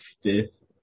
fifth